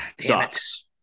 sucks